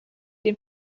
den